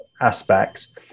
aspects